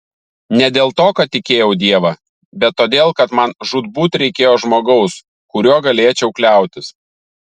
ne dėl to kad tikėjau dievą bet todėl kad man žūtbūt reikėjo žmogaus kuriuo galėčiau kliautis